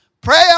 prayer